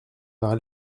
par